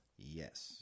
Yes